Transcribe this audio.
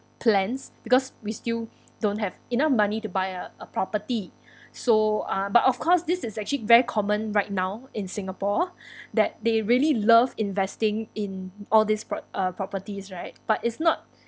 plans because we still don't have enough money to buy a a property so uh but of course this is actually very common right now in singapore that they really love investing in all this pro~ uh properties right but it's not